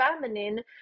feminine